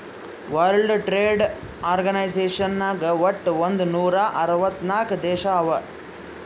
world trade organisation ನಾಗ್ ವಟ್ ಒಂದ್ ನೂರಾ ಅರ್ವತ್ ನಾಕ್ ದೇಶ ಅವಾ